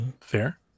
Fair